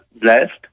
blessed